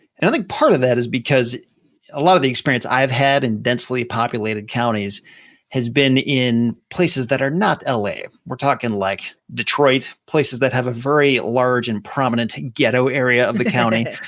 and i think part of that is because a lot of the experience i've had in densely populated counties has been in places that are not la. we're talking like detroit, places that have a very large and prominent ghetto area of the county.